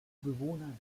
bewohner